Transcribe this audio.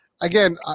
Again